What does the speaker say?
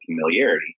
familiarity